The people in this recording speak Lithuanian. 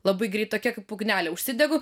labai greit tokia kaip ugnelė užsidegu